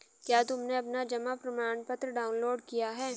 क्या तुमने अपना जमा प्रमाणपत्र डाउनलोड किया है?